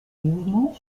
mouvements